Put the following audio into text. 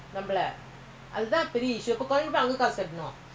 அங்கஉன்னபாத்தா:anla unna paathaa your father is waiting want to go back